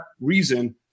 reason